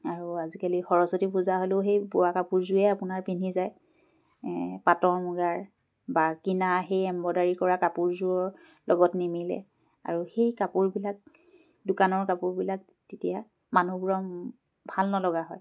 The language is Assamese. আৰু আজিকালি সৰস্বতী পূজা হ'লেও সেই বোৱা কাপোৰযোৰে আপোনাৰ পিন্ধি যায় পাটৰ মুগাৰ বা কিনা সেই এম্ব্ৰইডাৰী কৰা কাপোৰযোৰৰ লগত নিমিলে আৰু সেই কাপোৰবিলাক দোকানৰ কাপোৰবিলাক তেতিয়া মানুহবোৰৰ ভাল নলগা হয়